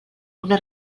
una